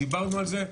דיברנו על זה.